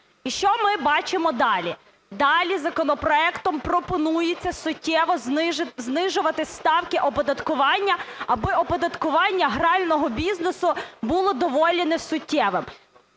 І що ми бачимо далі? Далі законопроектом пропонується суттєво знижувати ставки оподаткування, аби оподаткування грального бізнесу було доволі несуттєвим.